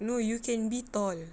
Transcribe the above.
no you can be tall